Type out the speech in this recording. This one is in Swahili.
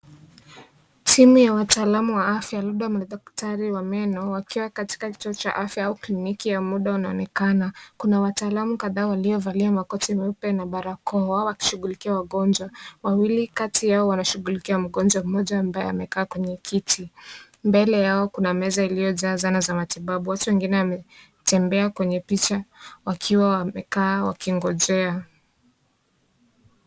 Timu ya wataalamu wa afya labda madaktari wa meno wakiwa katika kituo cha afya au kliniki ya muda unaonekana. Kuna wataalamu kadhaa waliovalia makoti meupe na barakoa wakishughulikia wagonjwa. Wawili kati yao wanashughulikia mgonjwa mmoja ambaye amekaa kwenye kiti. Mbele yao kuna meza iliyojazana za matibabu. Watu wengine wametembea kwenye picha wakiwa wamekaa wakingojea.